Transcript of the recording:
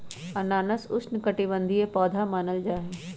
अनानास उष्णकटिबंधीय पौधा मानल जाहई